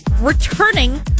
returning